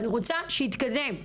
אני רוצה שזה יתקדם,